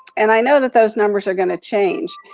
and i know that those numbers are gonna change.